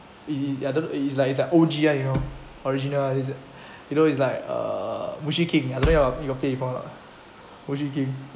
is is is is I don't know is like is like O_G [one] you know original ah is it you know it's like uh mushiking I don't know you got you got play before or not mushiking